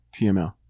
TML